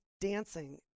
dancing